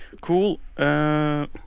Cool